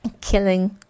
killing